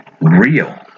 real